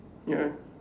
ya